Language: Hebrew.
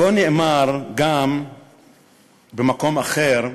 כה נאמר גם במקום אחר,